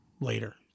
later